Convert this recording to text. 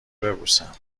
ببوسم